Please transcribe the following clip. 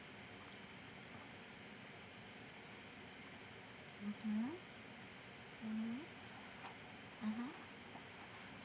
mmhmm mmhmm mmhmm